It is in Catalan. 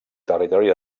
territori